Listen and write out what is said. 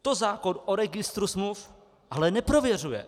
To zákon o registru smluv ale neprověřuje.